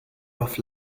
auf